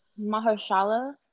Maharshala